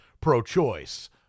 pro-choice